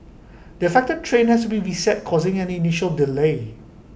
the affected train has to be reset causing an initial delay